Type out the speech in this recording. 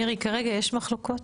מירי כרגע יש מחלוקות?